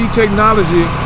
technology